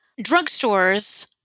Drugstores